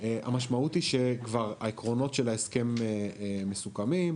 המשמעות היא שכבר העקרונות של ההסכם מסוכמים,